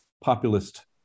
populist